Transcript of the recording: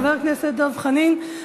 חבר הכנסת דב חנין,